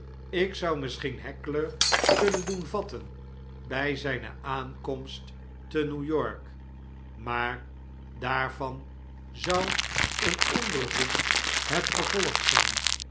ik zou misschien heckler kunnen doen vatten by zijne aankomst te mopes de kluizenaar new-york maar daarvan zou een onderzoek het gevolg zyn